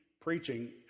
preaching